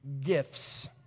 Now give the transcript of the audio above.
gifts